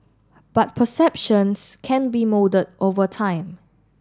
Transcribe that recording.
but perceptions can be moulded over time